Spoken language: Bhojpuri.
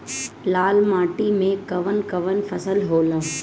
लाल माटी मे कवन कवन फसल होला?